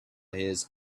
his